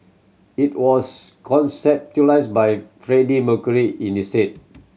it was conceptualised by Freddie Mercury in is head